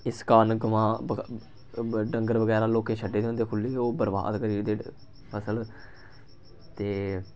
इस कारण गमां डंगर बगैरा लोकें छड्डे दे होंदे खु'ल्ले ओह् बरबाद करी ओड़दे फसल ते